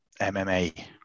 MMA